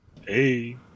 Hey